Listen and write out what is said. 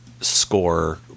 Score